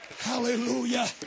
Hallelujah